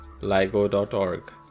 LIGO.ORG